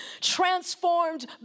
transformed